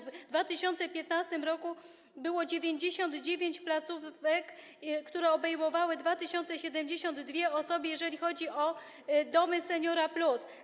W 2015 r. było 99 placówek, które obejmowały 2072 osoby, jeżeli chodzi o domy „Senior+”